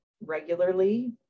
regularly